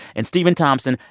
and stephen thompson,